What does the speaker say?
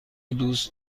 دوست